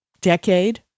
decade